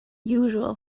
usual